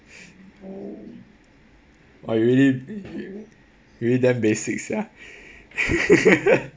oh you really really damn basic sia